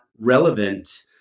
relevant